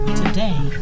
today